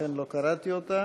לכן לא קראתי בשמה.